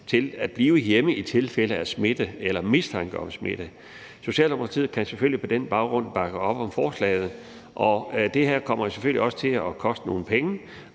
til at blive hjemme i tilfælde af smitte eller mistanke om smitte. Socialdemokratiet kan selvfølgelig på den baggrund bakke op om forslaget. Det her kommer selvfølgelig også til at koste nogle penge,